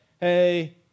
hey